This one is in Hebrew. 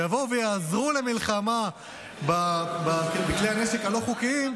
ויבואו ויעזרו במלחמה בכלי הנשק הלא-חוקיים,